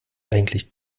eigentlich